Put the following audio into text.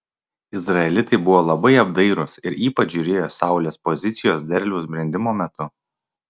izraelitai buvo labai apdairūs ir ypač žiūrėjo saulės pozicijos derliaus brendimo metu